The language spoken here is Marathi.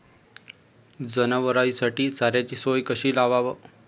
जनावराइसाठी चाऱ्याची सोय कशी लावाव?